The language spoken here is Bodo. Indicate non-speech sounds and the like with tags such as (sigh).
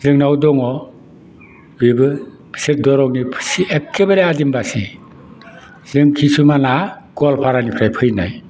जोंनाव दङ बेबो (unintelligible) एखेबारे आदिबासि जों किसुमाना गवालफारानिफ्राय फैनाय